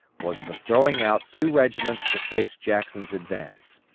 was the throwing out two regiments to face jackson's advance.